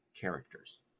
characters